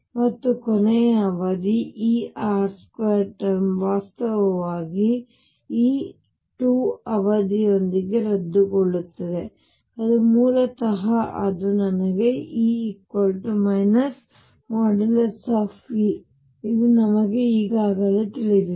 ಮತ್ತು ಕೊನೆಯ ಅವಧಿ E r2 ಟರ್ಮ್ ವಾಸ್ತವವಾಗಿ ಈ 2 ಅವಧಿಯೊಂದಿಗೆ ರದ್ದುಗೊಳ್ಳುತ್ತದೆ ಅದು ಮೂಲತಃ ಅದು ನನಗೆ E | E | ಇದು ನಮಗೆ ಈಗಾಗಲೇ ತಿಳಿದಿದೆ